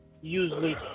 Usually